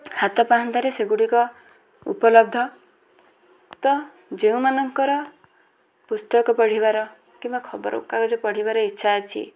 ହାତ ପାହାନ୍ତାରେ ସେଗୁଡ଼ିକ ଉପଲବ୍ଧ ତ ଯେଉଁମାନଙ୍କର ପୁସ୍ତକ ପଢ଼ିବାର କିମ୍ବା ଖବରକାଗଜ ପଢ଼ିବାରେ ଇଚ୍ଛା ଅଛି